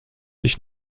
dich